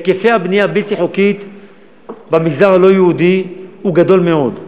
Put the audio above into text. היקף הבנייה הבלתי חוקית במגזר הלא-יהודי הוא גדול מאוד.